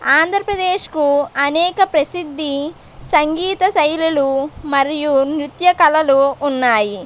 ఆంధ్రప్రదేశ్కు అనేక ప్రసిద్ధి సంగీత శైలులు మరియు నృత్య కళలు ఉన్నాయి